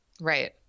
right